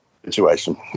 situation